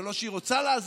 זה לא שהיא רוצה לעזור,